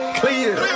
clear